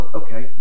okay